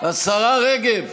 השרה רגב,